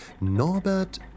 Norbert